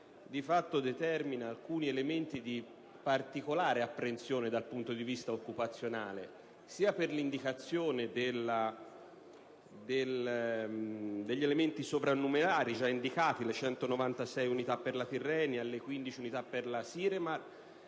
di fatto determina alcuni elementi di particolare apprensione dal punto di vista occupazionale per l'indicazione degli elementi a carattere numerico indicati (vale a dire le 196 unità per la Tirrenia e le 15 unità per la Siremar),